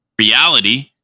reality